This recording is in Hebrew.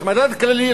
יש מדד כללי,